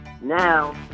Now